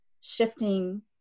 shifting